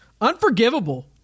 Unforgivable